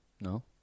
No